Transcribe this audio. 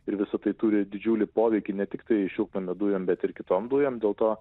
ir visa tai turi didžiulį poveikį ne tiktai šiltnamio dujom bet ir kitom dujom dėl to